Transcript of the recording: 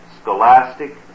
scholastic